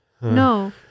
no